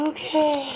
Okay